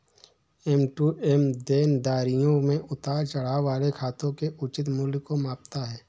M to M देनदारियों में उतार चढ़ाव वाले खातों के उचित मूल्य को मापता है